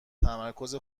تمرکز